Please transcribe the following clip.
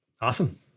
Awesome